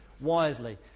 wisely